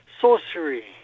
sorcery